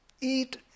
eat